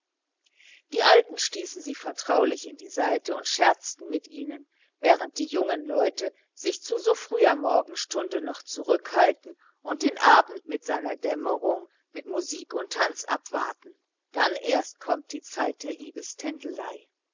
die alten stießen sie vertraulich in die seite und scherzten mit ihnen während die jungen leute sich zu so früher morgenstunde noch zurückhalten und den abend mit seiner dämmerung mit tanz und musik abwarten erst dann kommt die zelt der